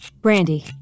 Brandy